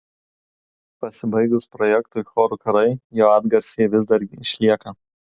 pasibaigus projektui chorų karai jo atgarsiai vis dar išlieka